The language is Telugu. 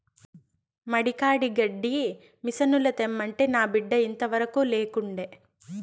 మడి కాడి గడ్డి మిసనుల తెమ్మంటే నా బిడ్డ ఇంతవరకూ లేకుండే